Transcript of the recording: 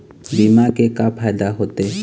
बीमा के का फायदा होते?